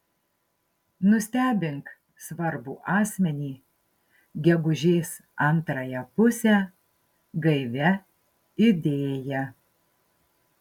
nustebink svarbų asmenį gegužės antrąją pusę gaivia idėja